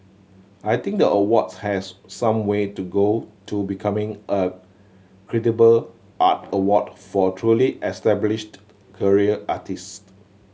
I think the awards has some way to go to becoming a credible art award for truly established career artist